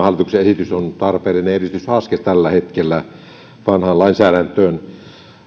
hallituksen esitys on tarpeellinen edistysaskel tällä hetkellä vanhaan lainsäädäntöön